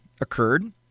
occurred